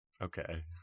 Okay